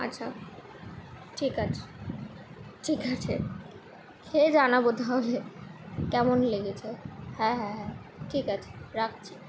আচ্ছা ঠিক আছে ঠিক আছে খেয়ে জানাবো তাহলে কেমন লেগেছে হ্যাঁ হ্যাঁ হ্যাঁ ঠিক আছে রাখছি